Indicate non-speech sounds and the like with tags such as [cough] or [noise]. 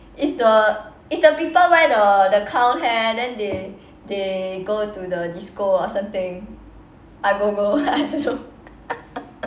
it's the it's the people wear the the clown hair then they they go to the disco or something agogo I don't know [laughs]